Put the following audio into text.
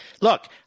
Look